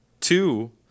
two